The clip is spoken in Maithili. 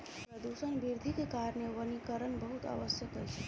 प्रदूषण वृद्धिक कारणेँ वनीकरण बहुत आवश्यक अछि